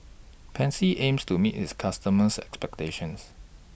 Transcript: Pansy aims to meet its customers' expectations